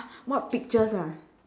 what pictures ah